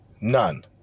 None